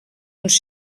uns